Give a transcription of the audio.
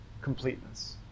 completeness